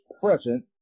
present